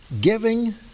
giving